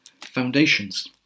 foundations